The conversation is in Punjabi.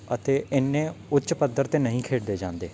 ਅਤੇ ਇੰਨੇ ਉੱਚ ਪੱਧਰ 'ਤੇ ਨਹੀਂ ਖੇਡੇ ਜਾਂਦੇ